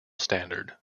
standard